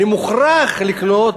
אבל אני לא מכניס את